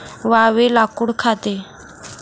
वाळवी लाकूड खाते